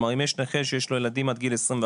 כלומר אם יש נכה שיש לו ילדים עד גיל 21,